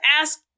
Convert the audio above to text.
ask